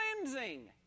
cleansing